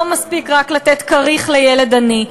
לא מספיק רק לתת כריך לילד עני.